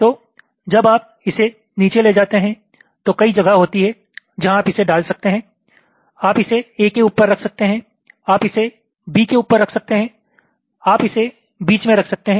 तो जब आप इसे नीचे ले जाते हैं तो कई जगह होती हैं जहाँ आप इसे डाल सकते हैं आप इसे A के ऊपर रख सकते हैं आप इसे B के ऊपर रख सकते हैं आप इसे बीच में रख सकते हैं